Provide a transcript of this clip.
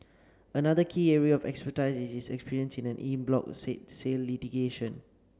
another key area of expertise is his experience in en bloc sale litigation